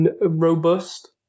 robust